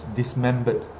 dismembered